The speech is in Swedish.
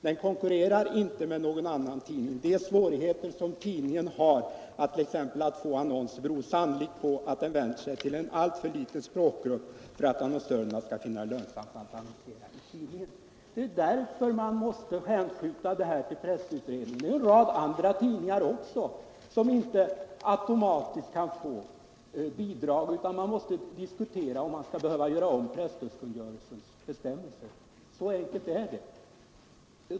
Den konkurrerar inte med någon annan tidning. De svårigheter som tidningen har att t.ex. få annonser beror sannolikt på att den vänder sig till en alltför liten språkgrupp för att annonsörerna skall finna det lönsamt att annonsera i tidningen. Det är därför man måste hänskjuta den här frågan till presstödsutredningen. Det finns en rad andra tidningar som inte automatiskt kan få bidrag, utan man måste diskutera om man skall behöva göra om presstödskungörelsens bestämmelser. Så enkelt är det.